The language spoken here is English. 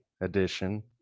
edition